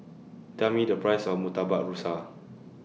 Tell Me The Price of Murtabak Rusa